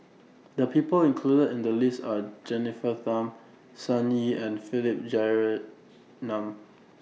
The People included in The list Are Jennifer Tham Sun Yee and Philip Jeyaretnam